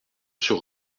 sur